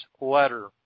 letter